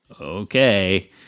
okay